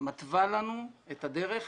מתווה לנו את הדרך